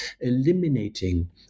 eliminating